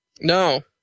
No